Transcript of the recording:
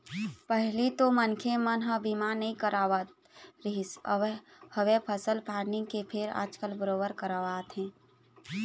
पहिली तो मनखे मन ह बीमा नइ करवात रिहिस हवय फसल पानी के फेर आजकल बरोबर करवाथे